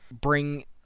bring